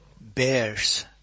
bears